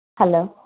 hello